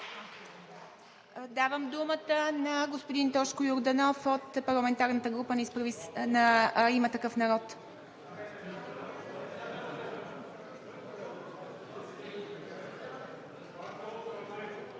Давам думата на господин Тошко Йорданов от парламентарната група на „Има такъв народ“.